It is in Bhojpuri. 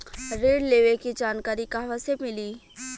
ऋण लेवे के जानकारी कहवा से मिली?